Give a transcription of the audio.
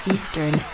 Eastern